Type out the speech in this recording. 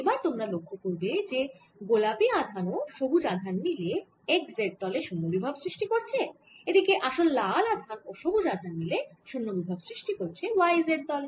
এবার তোমরা লক্ষ্য করবে যে গোলাপি আধান ও সবুজ আধান মিলে x z তলে শুন্য বিভব সৃষ্টি করছে এদিকে আসল লাল আধান ও সবুজ আধান মিলে শুন্য বিভব সৃষ্টি করছে y z তলে